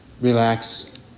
relax